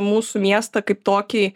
mūsų miestą kaip tokį